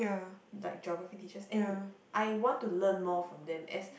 like Geography teachers and I want to learn more from them as